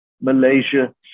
Malaysia